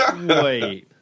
Wait